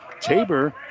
Tabor